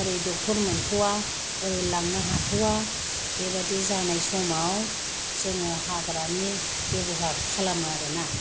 doctor मोनथ'वा ओरै लांनो हाथ'वा बैबादि जानाय समाव जोङो हाग्रानि बेबहार खालामो आरो ना